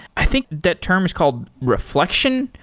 i think that term is called reflection,